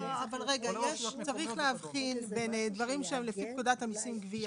צריך להבחין בין דברים שהם לפי פקודת המיסים (גבייה),